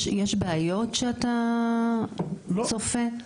יש בעיות שאתה צופה?